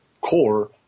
core